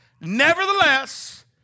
Nevertheless